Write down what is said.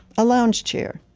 a lounge chair.